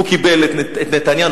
הוא קיבל את נתניהו.